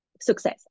success